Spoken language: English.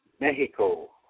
Mexico